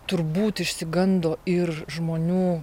turbūt išsigando ir žmonių